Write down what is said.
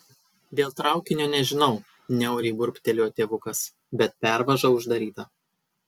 dėl traukinio nežinau niauriai burbtelėjo tėvukas bet pervaža uždaryta